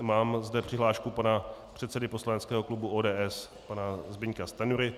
Mám zde přihlášku pana předsedy poslaneckého klubu ODS pana Zbyňka Stanjury.